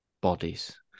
bodies